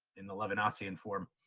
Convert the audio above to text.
in the levinasian form.